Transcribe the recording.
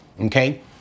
Okay